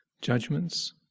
judgments